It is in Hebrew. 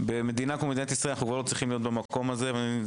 ואנחנו כבר לא צריכים להיות היום במקום הזה במדינת ישראל.